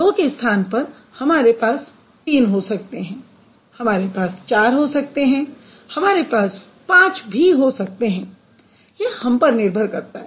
तो दो के स्थान पर हमारे पास 3 हो सकते हैं हमारे पास 4 हो सकते हैं हमारे पास 5 भी हो सकते हैं यह हम पर निर्भर करता है